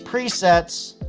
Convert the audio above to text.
presets,